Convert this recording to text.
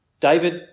David